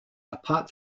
apart